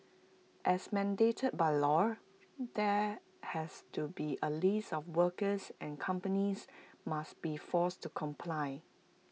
as mandated by law there has to be A list of workers and companies must be forced to comply